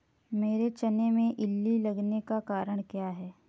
मेरे चने में इल्ली लगने का कारण क्या है?